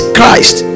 Christ